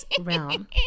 realm